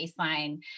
baseline